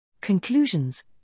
Conclusions